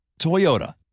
Toyota